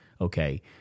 okay